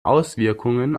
auswirkungen